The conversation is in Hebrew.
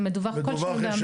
זה מדווח לנו.